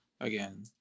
again